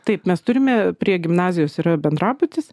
taip mes turime prie gimnazijos yra bendrabutis